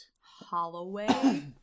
holloway